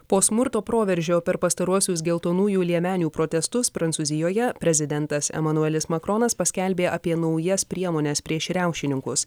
po smurto proveržio per pastaruosius geltonųjų liemenių protestus prancūzijoje prezidentas emanuelis makronas paskelbė apie naujas priemones prieš riaušininkus